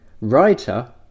writer